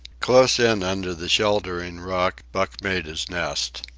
close in under the sheltering rock buck made his nest.